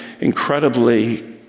incredibly